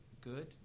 good